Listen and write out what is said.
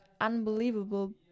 unbelievable